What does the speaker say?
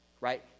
right